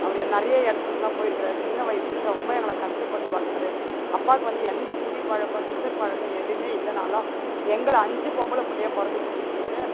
அவர் நிறையா எடத்துங்களுக்கெல்லாம் போய்ருக்குறாரு சின்ன வயசுலேருந்து ரொம்ப எங்களை கஷ்டப்பட்டு வளர்த்தாரு அப்பாவுக்கு வந்து எந்த குடி பழக்கம் சிசர் பழக்கம் எதுவுமே இல்லைனாலும் எங்களை அஞ்சு பொம்பளைப் பிள்ளையா பிறந்துச்சேன்னு சொல்லிட்டு